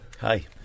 Hi